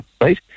right